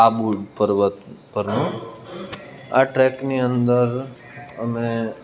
આબુ પર્વત પરનો આ ટ્રેકની અંદર અમે